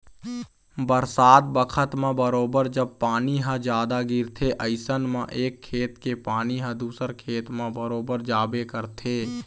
बरसात बखत म बरोबर जब पानी ह जादा गिरथे अइसन म एक खेत के पानी ह दूसर खेत म बरोबर जाबे करथे